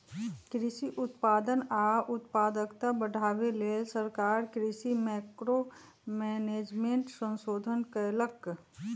कृषि उत्पादन आ उत्पादकता बढ़ाबे लेल सरकार कृषि मैंक्रो मैनेजमेंट संशोधन कएलक